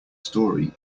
story